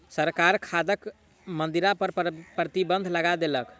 सरकार दाखक मदिरा पर प्रतिबन्ध लगा देलक